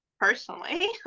personally